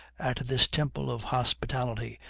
at this temple of hospitality,